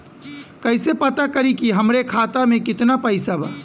कइसे पता करि कि हमरे खाता मे कितना पैसा बा?